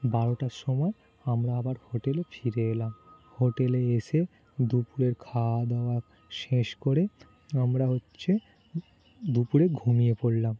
বারোটার সময় আমরা আবার হোটেল ফিরে এলাম হোটেলে এসে দুপুরের খাওয়া দাওয়া শেষ করে আমরা হচ্ছে দুপুরে ঘুমিয়ে পড়লাম